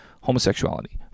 homosexuality